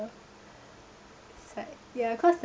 sad ya cause the